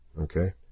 Okay